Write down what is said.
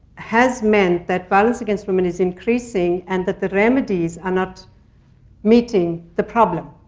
has meant that violence against women is increasing. and that the remedies are not meeting the problem.